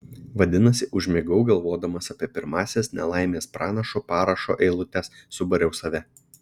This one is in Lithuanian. vadinasi užmigau galvodamas apie pirmąsias nelaimės pranašo parašo eilutes subariau save